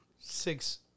six